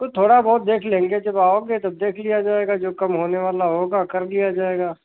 कुछ थोड़ा बहुत देख लेंगे जब आओगे तो देख लिया जाएगा जो कम होने वाला होगा कर दिया जाएगा